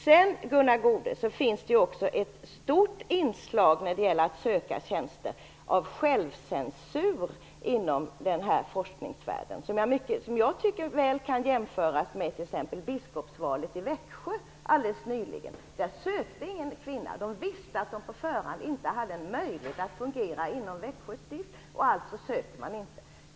Det finns, Gunnar Goude, också ett stort inslag av självcensur när det gäller att söka tjänster inom forskningsvärlden, som jag tycker väl kan jämföras med t.ex. biskopsvalet i Växjö alldeles nyligen. Där sökte ingen kvinna. De visste på förhand att de inte hade en möjlighet att fungera inom Växjö stift, alltså sökte man inte.